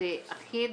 אחיד.